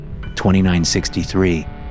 2963